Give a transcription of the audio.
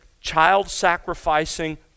child-sacrificing